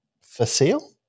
Facile